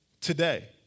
today